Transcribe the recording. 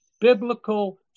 biblical